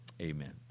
Amen